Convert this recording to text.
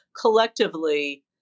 collectively